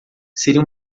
seria